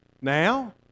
now